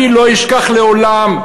אני לא אשכח לעולם,